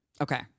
Okay